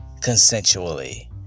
Consensually